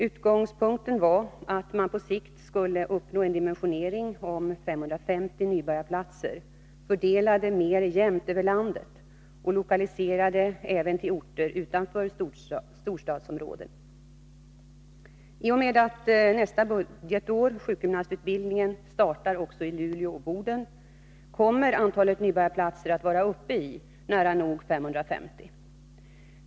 Utgångspunkten var att man på sikt skulle uppnå en dimensionering om 550 nybörjarplatser, fördelade mer jämnt över landet och lokaliserade även till orter utanför storstadsområdena. I och med att nästa budgetår sjukgymnastutbildning startar också i Luleå och Boden kommer antalet nybörjarplatser att vara uppe i nära nog 550.